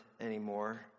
anymore